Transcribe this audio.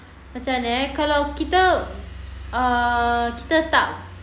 macam mana eh kalau kita uh kita tak